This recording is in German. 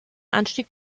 anstieg